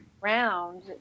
round